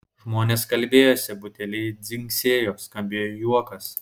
žmonės kalbėjosi buteliai dzingsėjo skambėjo juokas